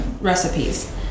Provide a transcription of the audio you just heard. recipes